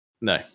No